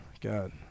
God